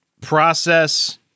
process